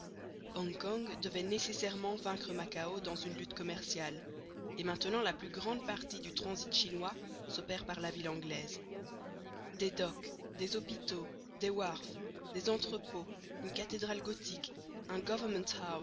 hong kong devait nécessairement vaincre macao dans une lutte commerciale et maintenant la plus grande partie du transit chinois s'opère par la ville anglaise des docks des hôpitaux des wharfs des entrepôts une cathédrale gothique un